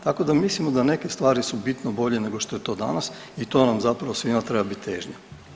Tako da mislimo da neke stvari su bitno bolje nego što je to danas i to nam zapravo svima treba biti težnja.